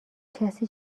کسی